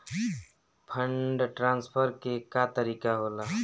Fund transfer के का तरीका होला?